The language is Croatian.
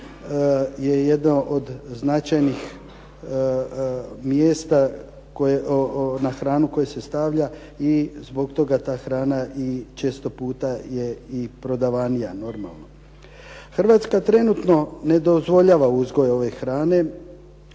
je jedno od značajnih mjesta na hranu koje se stavlja i zbog toga ta hrana i često puta je i prodavanija normalno. Hrvatska trenutno ne dozvoljava uzgoj ove hrane